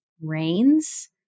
Rains